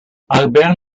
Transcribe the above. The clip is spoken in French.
albert